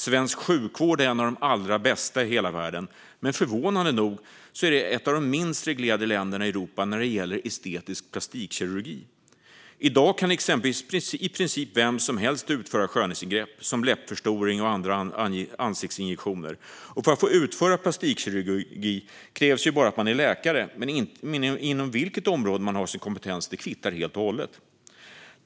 Svensk sjukvård är en av de allra bästa i hela världen. Men förvånande nog är Sverige ett av de länder i Europa som har minst reglering när det gäller estetisk plastikkirurgi. I dag kan i princip vem som helst utföra skönhetsingrepp, som läppförstoring och andra ansiktsinjektioner. Och för att få utföra plastikkirurgi krävs det bara att man är läkare, men inom vilket område man har sin kompetens kvittar helt och hållet.